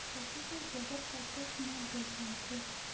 पशु के गोबर कतेक म बेचाथे?